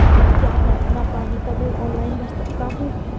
क्या मैं अपना पानी का बिल ऑनलाइन भर सकता हूँ?